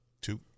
two